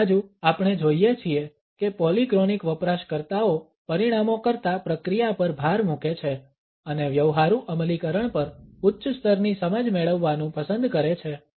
બીજી બાજુ આપણે જોઇએ છીએ કે પોલીક્રોનિક વપરાશકર્તાઓ પરિણામો કરતા પ્રક્રિયા પર ભાર મૂકે છે અને વ્યવહારુ અમલીકરણ પર ઉચ્ચ સ્તરની સમજ મેળવવાનું પસંદ કરે છે